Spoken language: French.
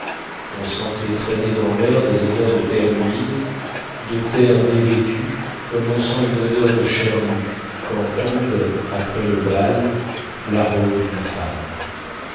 on sentait traîner dans l'air des odeurs de terre humide de terre dévêtue comme on sent une odeur de chair nue quand tombe après le bal la robe d'une femme